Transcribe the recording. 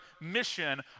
mission